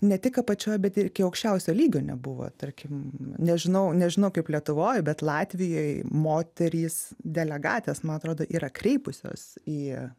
ne tik apačioj bet ir iki aukščiausio lygio nebuvo tarkim nežinau nežinau kaip lietuvoj bet latvijoj moterys delegatės man atrodo yra kreipusios į